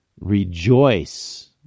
Rejoice